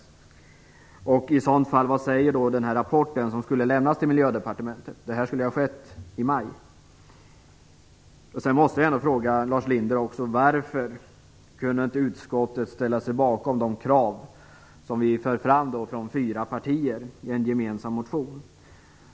Vad sägs i så fall i den rapport som skulle lämnas från Miljödepartementet i maj? Vidare måste jag fråga Lars Linder: Varför kunde inte utskottet ställa sig bakom de krav som vi för fram från fyra partier i en gemensam motion?